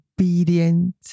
obedient